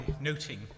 noting